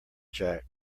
jack